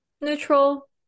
neutral